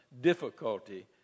difficulty